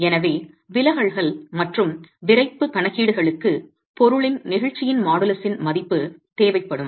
எனவே விலகல்கள் மற்றும் விறைப்பு கணக்கீடுகளுக்கு பொருளின் நெகிழ்ச்சியின் மாடுலஸின் மதிப்பு தேவைப்படும்